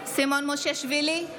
סימון מושיאשוילי,